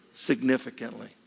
Significantly